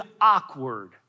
awkward